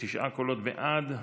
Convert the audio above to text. תשעה בעד,